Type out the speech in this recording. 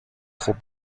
خوب